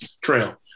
trail